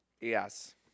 Yes